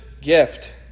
gift